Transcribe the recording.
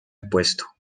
apuesto